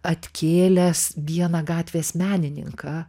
atkėlęs vieną gatvės menininką